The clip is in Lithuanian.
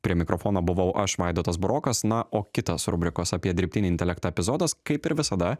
prie mikrofono buvau aš vaidotas burokas na o kitas rubrikos apie dirbtinį intelektą epizodas kaip ir visada